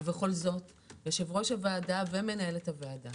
ובכל זאת יושב-ראש הוועדה ומנהלת הוועדה